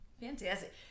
fantastic